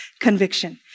conviction